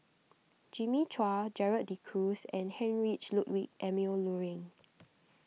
Jimmy Chua Gerald De Cruz and Heinrich Ludwig Emil Luering